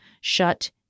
shut